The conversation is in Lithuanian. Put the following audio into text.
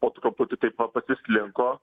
po truputį taip pa pasislinko